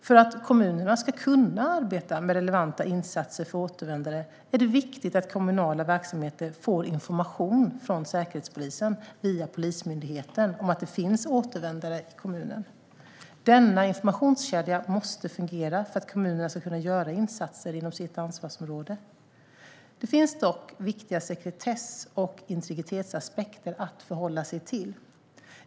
För att kommunerna ska kunna arbeta med relevanta insatser för återvändare är det viktigt att kommunala verksamheter får information från Säkerhetspolisen via Polismyndigheten om att det finns återvändare i kommunen. Denna informationskedja måste fungera för att kommunerna ska kunna göra insatser inom sitt ansvarsområde. Det finns dock viktiga sekretess och integritetsaspekter att förhålla sig till.